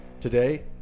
today